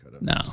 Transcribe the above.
no